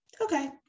okay